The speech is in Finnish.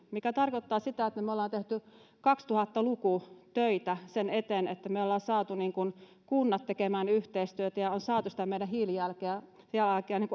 mikä tarkoittaa sitä että me me olemme tehneet kaksituhatta luvun töitä sen eteen että me olemme saaneet kunnat tekemään yhteistyötä ja olemme saaneet sitä meidän hiilijalanjälkeä